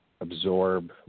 absorb